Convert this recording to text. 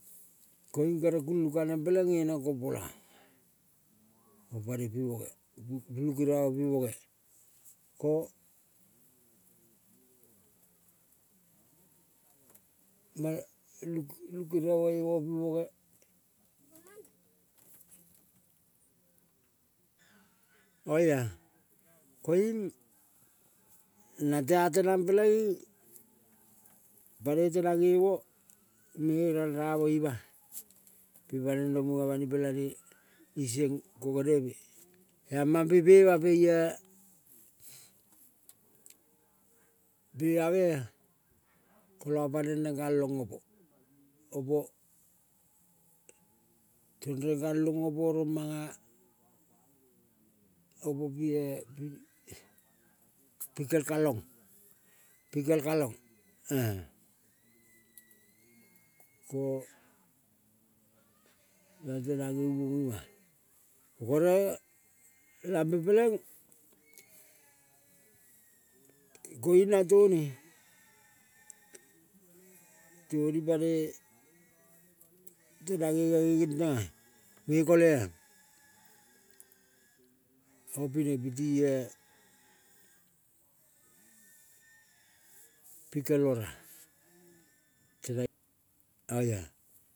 Koiung kere kulung kaneng peleng nge neng konpoloa-a ka pani bi boge. Lukeria opi boga, ko ma luk lukeria moe opi boge oia koiung nang tea tenang peleing panoi tenang ngemo me ralramo ima-a. Ima naneng rong munga bani pelane iseng go baneve amam pe pema peie, pemamea. Kola pa ranekalong opo, opo. Tangeng galong opo rong manga opo pie pikal kalong, pikel kalong ko nang tenang ngevong ima-a. Oroe lampe peleng koiung nang toni-toni panoi tenang ngema ngen tenga ge kole, opine pitie pikel ora, tema oia.